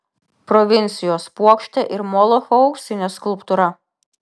provincijos puokštė ir molocho auksinė skulptūra